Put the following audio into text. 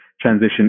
transition